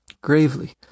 Gravely